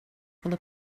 will